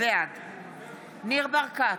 בעד ניר ברקת,